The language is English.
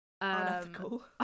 Unethical